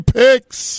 picks